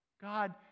God